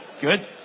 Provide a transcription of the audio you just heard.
good